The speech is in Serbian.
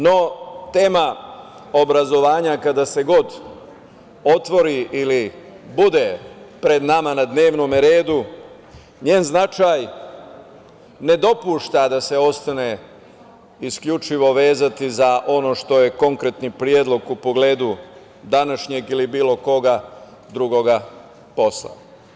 No, tema obrazovanja kada se god otvori ili bude pred nama na dnevnom redu, njen značaj ne dopušta da se ostane isključivo vezati za ono što je konkretni predlog u pogledu današnjeg ili bilo kog drugog posla.